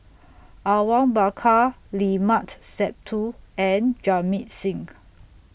Awang Bakar Limat Sabtu and Jamit Singh